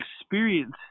experience